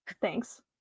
Thanks